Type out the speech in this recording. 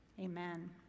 Amen